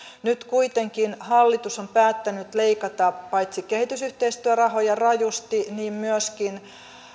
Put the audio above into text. nyt kuitenkin hallitus on päättänyt leikata paitsi kehitysyhteistyörahoja rajusti niin myöskin